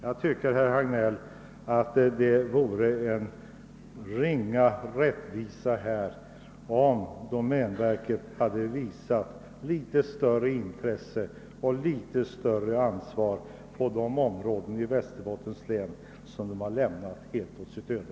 Jag tycker, herr Hagnell, att man har rätt att begära att domänverket visar litet större intresse och ansvar inom de områden i Västerbottens län som verket nu har lämnat helt åt sitt öde.